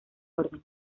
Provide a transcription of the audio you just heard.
orden